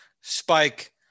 Spike